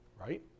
Right